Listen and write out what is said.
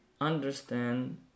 understand